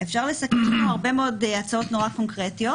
אפשר לסכם שיש לנו הרבה מאוד הצעות נורא קונקרטיות,